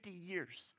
years